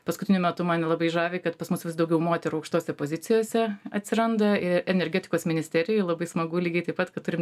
paskutiniu metu mane labai žavi kad pas mus vis daugiau moterų aukštose pozicijose atsiranda energetikos ministerijoj labai smagu lygiai taip pat kad turim